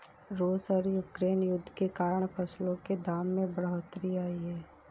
रूस और यूक्रेन युद्ध के कारण फसलों के दाम में बढ़ोतरी आई है